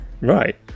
Right